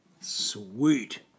Sweet